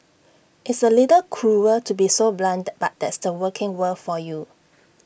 it's A little cruel to be so blunt but that's the working world for you